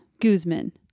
Guzman